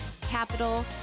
Capital